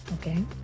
Okay